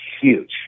huge